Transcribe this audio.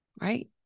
right